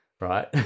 right